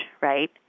right